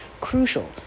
Crucial